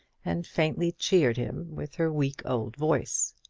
and faintly cheered him with her weak old voice.